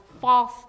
false